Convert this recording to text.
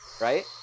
Right